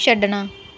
ਛੱਡਣਾ